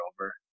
over